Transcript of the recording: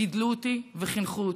גידלו אותי וחינכו אותי.